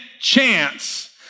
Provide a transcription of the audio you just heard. chance